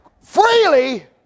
freely